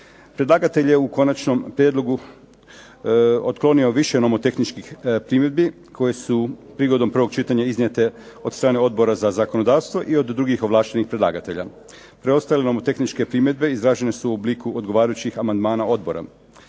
Predlagatelj je u konačnom prijedlogu otklonio više nomotehničkih primjedbi koje su prigodom prvog čitanja iznijete od strane Odbora za zakonodavstvo i od drugih ovlaštenih predlagatelja. Preostale nomotehničke primjedbe izražene su u obliku odgovarajućih amandmana odbora.